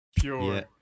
Pure